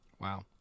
wow